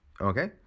okay